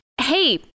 hey